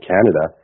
Canada